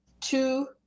two